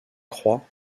croix